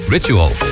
Ritual